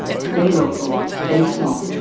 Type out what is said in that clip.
stay local, stay small.